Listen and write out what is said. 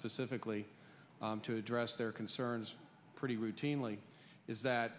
specifically to address their concerns pretty routinely is that